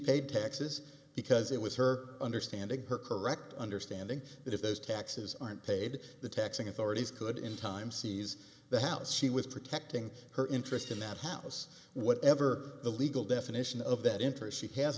paid taxes because it was her understanding her correct understanding that if those taxes aren't paid the taxing authorities could in time seize the house she was protecting her interest in that house whatever the legal definition of that interest she has